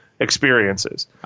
experiences